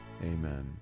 Amen